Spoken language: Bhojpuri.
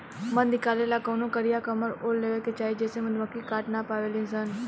मध निकाले ला कवनो कारिया कमर ओढ़ लेवे के चाही जेसे मधुमक्खी काट ना पावेली सन